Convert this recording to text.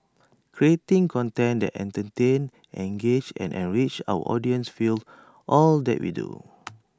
creating content that entertains engages and enriches our audiences fuels all that we do